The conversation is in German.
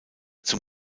zum